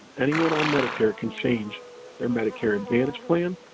anyone on medicare can change their medicare advantage plan,